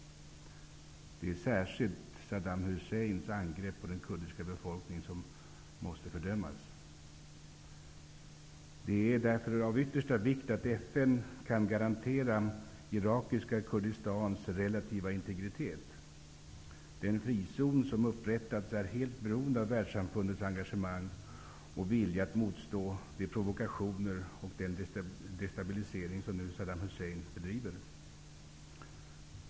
Särskilt Saddam Husseins angrepp på den kurdiska befolkningen måste fördömas. Det är av yttersta vikt att FN kan garantera irakiska Kurdistans relativa integritet. Den frizon som upprättats är helt beroende av världssamfundets engagemang och vilja att motstå de provokationer och den destabilisering som Saddam Hussein nu bedriver.